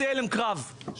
אחד מהם הלום קרב קשה,